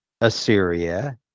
Assyria